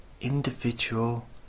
individual